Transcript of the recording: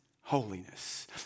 holiness